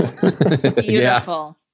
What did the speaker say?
Beautiful